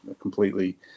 completely